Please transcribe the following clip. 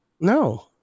No